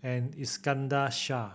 and Iskandar Shah